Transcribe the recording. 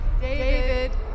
David